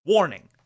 Warning